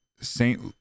saint